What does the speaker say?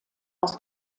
aus